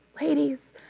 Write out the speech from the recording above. ladies